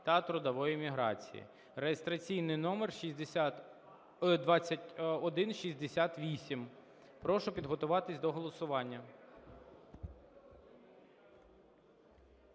та трудової міграції (реєстраційний номер 2168). Прошу підготуватися до голосування.